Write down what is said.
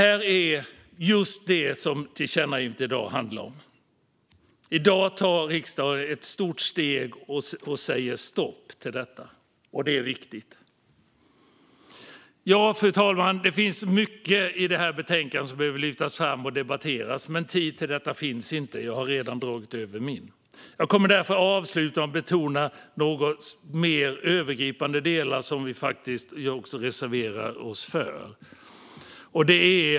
Det är just det här som dagens tillkännagivande handlar om, och i dag tar riksdagen ett stort steg och säger stopp till detta. Det är viktigt. Fru talman! Det finns mycket i det här betänkandet som behöver lyftas fram och debatteras, men tid till detta finns inte; jag har redan dragit över min. Jag kommer därför att avsluta med att betona några mer övergripande delar där vi reserverar oss.